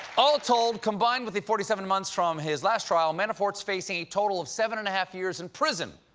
all told, combined with the forty seven months from his last trial, manafort's facing a total of seven and a half years in prison.